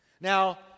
Now